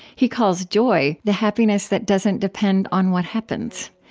he calls joy the happiness that doesn't depend on what happens.